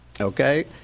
Okay